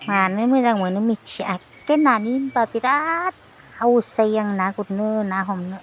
मानो मोजां मोनो मिथिया बे नानि होनब्ला बिराद साहस जायो आंना गुरनो ना हमनो